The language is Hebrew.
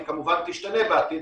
היא כמובן תשתנה בעתיד,